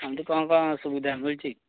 ସେମିତି କଣ କଣ ସୁବିଧା ମିଳୁଛି